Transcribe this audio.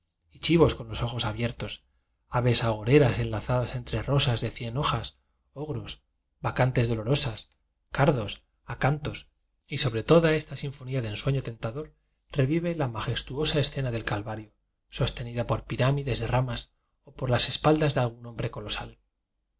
chivos con los ojos abiertos aves agoreras enlazadas entre rosas de cien ho jas ogros bacantes dolorosas cardos acantos y sobre toda esta sinfonía de en sueño tentador revive la majestuosa escena del calvario sostenida por pirámides de famas o por las espaldas de algún hombre colosal en